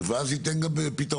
ואז זה ייתן גם פתרון.